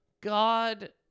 God